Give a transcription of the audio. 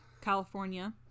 California